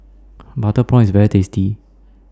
Butter Prawn IS very tasty